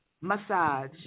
massage